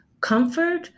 comfort